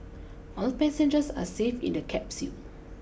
all passengers are safe in the capsule